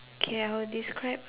okay I will describe